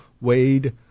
Wade